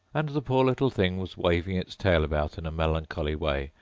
and the poor little thing was waving its tail about in a melancholy way,